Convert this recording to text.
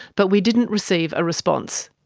but we didn't receive a response.